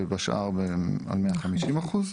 ובשאר על 150 אחוז.